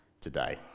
today